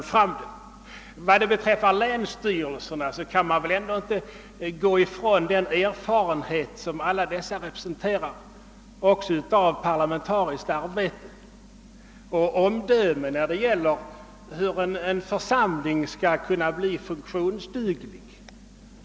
Vad beträffar de sjutton länsstyrelserna kan man väl ändå inte komma ifrån den erfarenhet som alla dessa representerar också av parlamentariskt arbete och omdöme när det gäller att bedöma hur en församling skall kunna bli funktionsduglig.